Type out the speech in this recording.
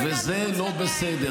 זה לא בסדר.